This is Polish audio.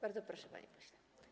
Bardzo proszę, panie pośle.